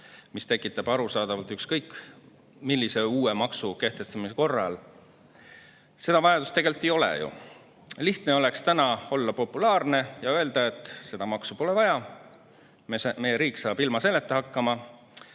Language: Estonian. mis tekib arusaadavalt ükskõik millise uue maksu kehtestamise korral. Seda vajadust tegelikult ju ei ole. Lihtne oleks olla populaarne ja öelda, et seda maksu pole vaja, meie riik saab ilma selleta hakkama,